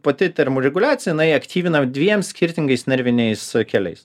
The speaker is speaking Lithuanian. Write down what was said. pati termoreguliacija jinai aktyvina dviem skirtingais nerviniais keliais